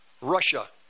Russia